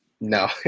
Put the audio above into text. no